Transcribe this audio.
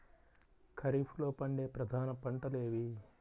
ఖరీఫ్లో పండే ప్రధాన పంటలు ఏవి?